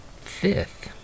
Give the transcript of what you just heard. fifth